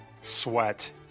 Sweat